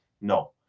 No